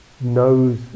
knows